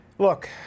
Look